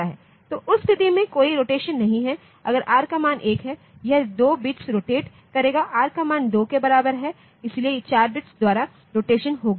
तो उस स्थिति में कोई रोटेशन नहीं है अगर r का मान 1 है यह 2 बिट्स रोटेट करेगा r का मान 2 के बराबर है इसलिए 4 बिट्स द्वारा रोटेशन होगी